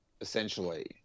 essentially